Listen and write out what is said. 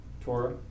Torah